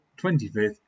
25th